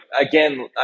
again